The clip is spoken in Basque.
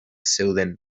zeuden